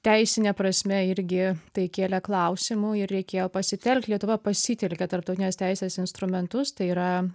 teisine prasme irgi tai kėlė klausimų ir reikėjo pasitel lietuva pasitelkė tarptautinės teisės instrumentus tai yra